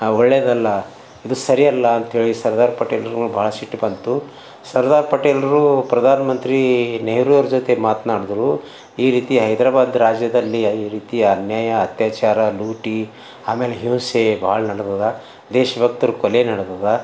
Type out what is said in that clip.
ಒಳ್ಳೆಯದಲ್ಲ ಇದು ಸರಿಯಲ್ಲಾ ಅಂತ ಹೇಳಿ ಸರ್ದಾರ್ ಪಟೇಲರು ಬಹಳ ಸಿಟ್ಟು ಬಂತು ಸರ್ದಾರ್ ಪಟೇಲರು ಪ್ರಧಾನ್ ಮಂತ್ರಿ ನೆಹರು ಅವ್ರ ಜೊತೆ ಮಾತ್ನಾಡಿದ್ರು ಈ ರೀತಿ ಹೈದರಾಬಾದ್ ರಾಜ್ಯದಲ್ಲಿ ಈ ರೀತಿ ಅನ್ಯಾಯ ಅತ್ಯಾಚಾರ ಲೂಟಿ ಆಮೇಲೆ ಹಿಂಸೆ ಭಾಳ ನಡ್ದದ ದೇಶಭಕ್ತರ್ ಕೊಲೆ ನಡ್ದದ